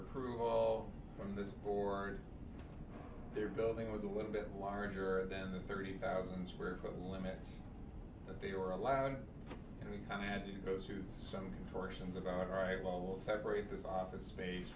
approval from this board their building was a little bit larger than the thirty thousand square foot limit that they were allowed and we kind of had to go through some fortunes about all right well will separate this office space